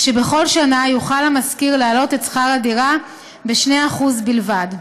כשבכל שנה יוכל המשכיר להעלות את שכר הדירה ב-2% בלבד.